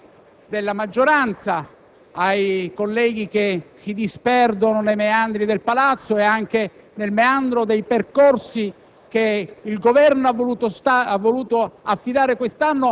lo voglio ricordare ai disattenti colleghi della maggioranza, ai colleghi che si disperdono nei meandri del palazzo e anche nel meandro del percorso